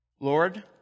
Lord